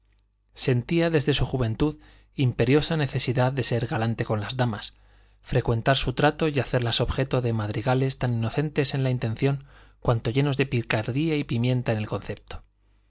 sentía desde su juventud imperiosa necesidad de ser galante con las damas frecuentar su trato y hacerlas objeto de madrigales tan inocentes en la intención cuanto llenos de picardía y pimienta en el concepto